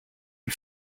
une